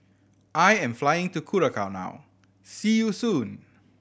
I am flying to Curacao now see you soon